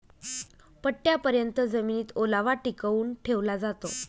पट्टयापर्यत जमिनीत ओलावा टिकवून ठेवला जातो